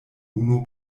unu